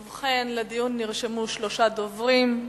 ובכן, לדיון נרשמו שלושה דוברים.